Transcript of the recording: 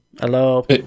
Hello